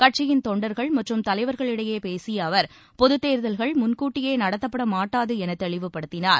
கட்சியின் தொண்டர்கள் மற்றும் தலைவர்களிடையே பேசிய அவர் பொது தேர்தல்கள் முன்கூட்டியே நடத்தப்படமாட்டாது என தெளிவுப்படுத்தினார்